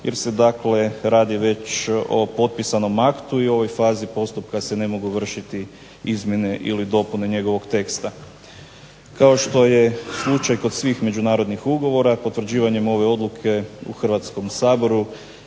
jer se dakle radi već o potpisanom aktu i u ovoj fazi postupka se ne mogu vršiti izmjene ili dopune njegovog teksta. Kao što je slučaj kod svih međunarodnih ugovora, potvrđivanjem ove odluke u Hrvatskom saboru,